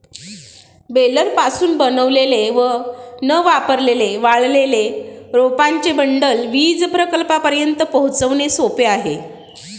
बेलरपासून बनवलेले न वापरलेले वाळलेले रोपांचे बंडल वीज प्रकल्पांपर्यंत पोहोचवणे सोपे आहे